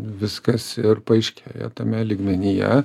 viskas ir paaiškėja tame lygmenyje